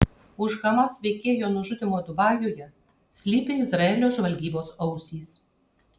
už hamas veikėjo nužudymo dubajuje slypi izraelio žvalgybos ausys